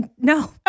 No